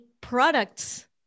products